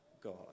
God